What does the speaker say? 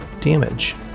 damage